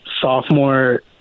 sophomore